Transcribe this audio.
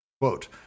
Quote